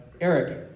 Eric